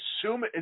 assume –